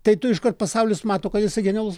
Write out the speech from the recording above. tai tu iškart pasaulis mato kad esi genialus